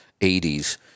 80s